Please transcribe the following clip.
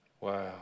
Wow